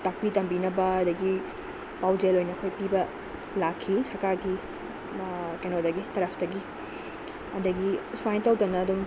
ꯇꯥꯛꯄꯤ ꯇꯝꯕꯤꯅꯕ ꯑꯗꯒꯤ ꯄꯥꯎꯖꯦꯜ ꯑꯣꯏꯅ ꯑꯩꯈꯣꯏ ꯄꯤꯕ ꯂꯥꯛꯈꯤ ꯁꯔꯀꯥꯔꯒꯤ ꯀꯩꯅꯣꯗꯒꯤ ꯇꯔꯞꯇꯒꯤ ꯑꯗꯒꯤ ꯁꯨꯃꯥꯏꯅ ꯇꯧꯗꯅ ꯑꯗꯨꯝ